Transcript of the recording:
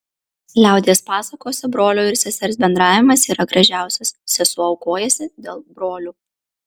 liaudies pasakose brolio ir sesers bendravimas yra gražiausias sesuo aukojasi dėl brolių